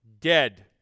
dead